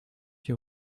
you